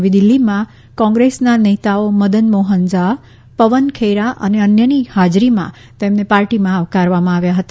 નવી દિલ્હીમાં કોંગ્રેસના નેતાઓ મદન મોહન ઝા પવન ખેરા અને અન્યની હાજરીમાં તેમને પાર્ટીમાં આવકારવામાં આવ્યા હતા